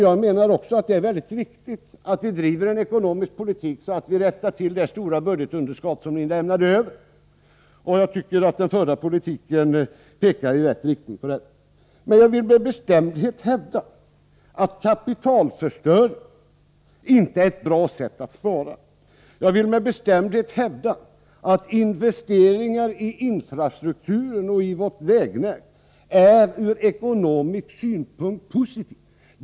Jag menar också att det är väldigt viktigt att vi driver en ekonomisk politik så att vi kan rätta till det stora budgetunderskott ni lämnade över. Jag tycker att den förda politiken pekar i rätt riktning. Jag vill emellertid med bestämdhet hävda att kapitalförstöring inte är ett bra sätt att spara. Jag vill med bestämdhet hävda att investeringar i infrastrukturen och i vårt vägnät ur ekonomisk synpunkt är positiva.